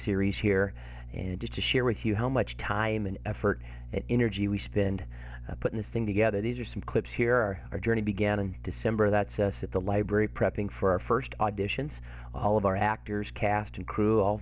series here and just to share with you how much time and effort and energy we spend putting this thing together these are some clips here our journey began in december that's us at the library prepping for our first auditions all of our actors cast and cr